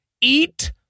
eat